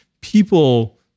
people